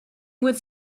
with